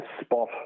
spot